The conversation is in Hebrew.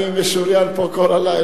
אני משוריין פה כל הלילה.